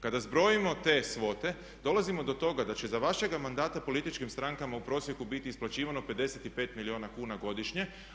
Kada zbrojimo te svote, dolazimo do toga da će za vašega mandata političkim strankama u prosjeku biti isplaćivano 55 milijuna kuna godišnje.